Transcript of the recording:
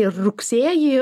ir rugsėjį